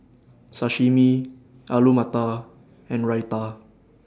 Sashimi Alu Matar and Raita